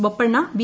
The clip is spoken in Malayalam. ബൊപ്പണ്ണ വി